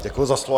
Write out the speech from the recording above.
Děkuji za slovo.